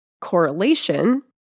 correlation